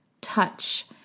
touch